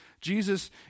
Jesus